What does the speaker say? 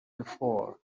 before